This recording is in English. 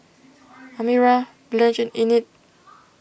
Amira Blanch and Enid